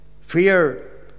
Fear